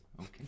Okay